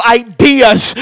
ideas